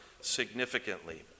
significantly